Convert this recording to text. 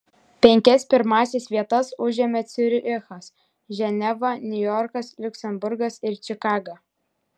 penkias pirmąsias vietas užėmė ciurichas ženeva niujorkas liuksemburgas ir čikaga